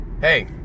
Hey